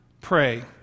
pray